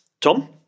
Tom